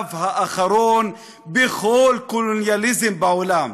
השלב האחרון בכל קולוניאליזם בעולם.